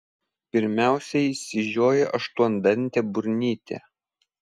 pirmiausia išsižioja aštuondantė burnytė